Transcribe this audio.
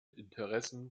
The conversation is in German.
interessen